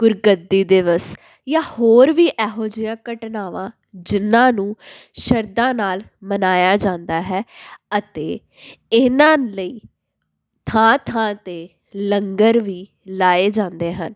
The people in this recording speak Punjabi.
ਗੁਰਗੱਦੀ ਦਿਵਸ ਜਾਂ ਹੋਰ ਵੀ ਇਹੋ ਜਿਹੀਆਂ ਘਟਨਾਵਾਂ ਜਿਹਨਾਂ ਨੂੰ ਸ਼ਰਧਾ ਨਾਲ ਮਨਾਇਆ ਜਾਂਦਾ ਹੈ ਅਤੇ ਇਹਨਾਂ ਲਈ ਥਾਂ ਥਾਂ 'ਤੇ ਲੰਗਰ ਵੀ ਲਾਏ ਜਾਂਦੇ ਹਨ